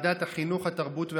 ועדת החינוך, התרבות והספורט.